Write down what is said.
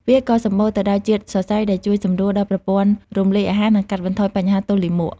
វាក៏សម្បូរទៅដោយជាតិសរសៃដែលជួយសម្រួលដល់ប្រព័ន្ធរំលាយអាហារ និងកាត់បន្ថយបញ្ហាទល់លាមក។